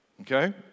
okay